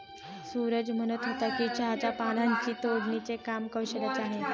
सूरज म्हणत होता की चहाच्या पानांची तोडणीचे काम कौशल्याचे आहे